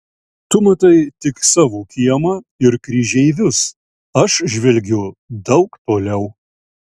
tu matai tik savo kiemą ir kryžeivius aš žvelgiu daug toliau